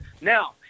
Now